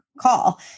call